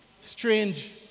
strange